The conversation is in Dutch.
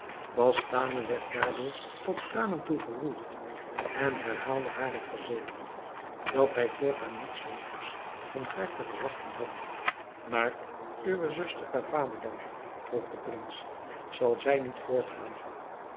bastane werd daardoor tot tranen toe geroerd en herhaalde hare verzekering dat hij voortaan niets dan goeds van haar te verwachten had maar uwe zuster cavame dan vroeg de prins zal zij niet voortgaan